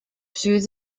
through